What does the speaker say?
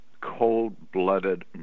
cold-blooded